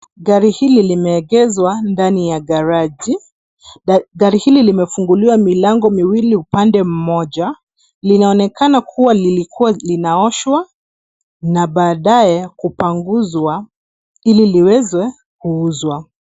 Gari hili limeegeshwa ndani ya gereji. Gari hili limefunguliwa milango miwili upande mmoja. Linaonekana kuwa lilikuwa linaoshwa na baadaye kupanguzwa ili liweze kuuzwa.